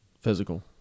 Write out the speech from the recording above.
physical